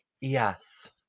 Yes